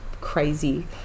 crazy